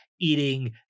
Eating